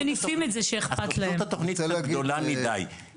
להוציא את הסעיפים הנוראים האלה מתוך חוק הנוער,